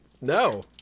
no